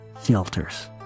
Filters